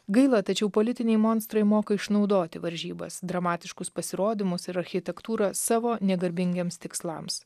gaila tačiau politiniai monstrai moka išnaudoti varžybas dramatiškus pasirodymus ir architektūrą savo negarbingiems tikslams